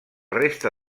resta